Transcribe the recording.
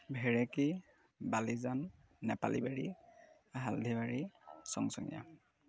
Bhereki Balijan Nepalibari Haldhibari চংচচীয়া